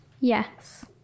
Yes